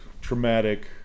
traumatic